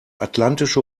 atlantische